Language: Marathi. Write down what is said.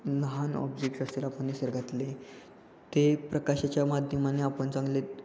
लहान ऑब्जेक्ट असेल आपण निसर्गातले ते प्रकाशाच्या माध्यमाने आपण चांगले